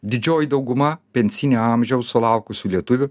didžioji dauguma pensinio amžiaus sulaukusių lietuvių